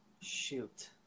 shoot